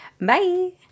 Bye